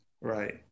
Right